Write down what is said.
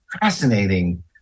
fascinating